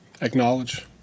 acknowledge